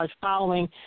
following